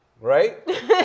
right